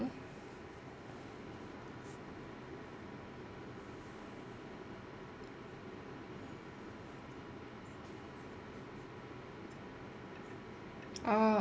orh